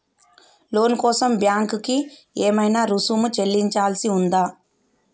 లోను కోసం బ్యాంక్ కి ఏమైనా రుసుము చెల్లించాల్సి ఉందా?